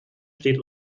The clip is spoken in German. steht